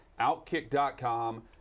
Outkick.com